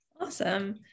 Awesome